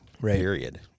period